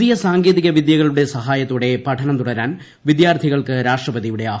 പുതിയ സാങ്കേതിക വിദ്യ്കളുടെ സഹായത്തോടെ പഠനം തുടരാൻ വിദ്യാർത്ഥികൾക്ക് രാഷ്ട്രപതിയുടെ ആഹിാനം